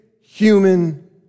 human